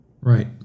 Right